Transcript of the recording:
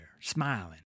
smiling